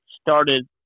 started